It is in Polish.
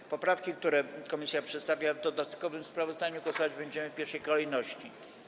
Nad poprawkami, które komisja przedstawia w dodatkowym sprawozdaniu, głosować będziemy w pierwszej kolejności.